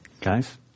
Guys